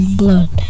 blood